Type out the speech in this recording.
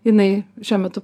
jinai šiuo metu